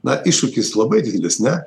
na iššūkis labai didelis ne